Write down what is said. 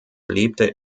lebte